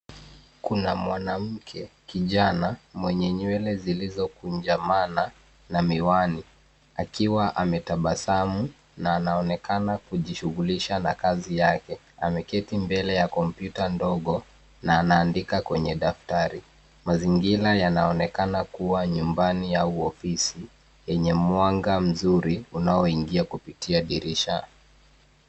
Kuna mwanamke kijana mwenye nywele zilizokunjamana na miwani akiwa ametabasamu na anaonekana kujishughulisha na kazi yake. Ameketi mbele ya kompyuta ndogo na anaandika kwenye daftari. Mazingira yanaonekana kuwa nyumbani au ofisi yenye mwanga mzuri unaoingia kupitia dirisha.